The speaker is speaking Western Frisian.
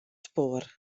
spoar